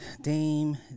Dame